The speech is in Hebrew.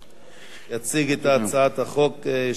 יציג את הצעת החוק יושב-ראש ועדת החוקה,